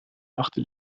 achte